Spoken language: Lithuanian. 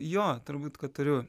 jo turbūt kad turiu